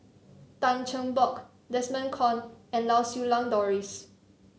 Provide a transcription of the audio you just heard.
Tan Cheng Bock Desmond Kon and Lau Siew Lang Doris